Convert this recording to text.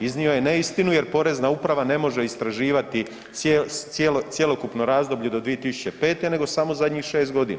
Iznio je neistinu jer porezna uprava ne može istraživati cjelokupno razdoblje do 2005. nego samo 6 godina.